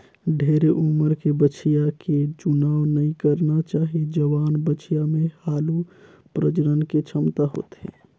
ढेरे उमर के बछिया के चुनाव नइ करना चाही, जवान बछिया में हालु प्रजनन के छमता होथे